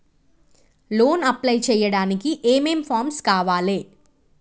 Loan apply చేయడానికి ఏం ఏం ఫామ్స్ కావాలే?